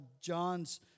John's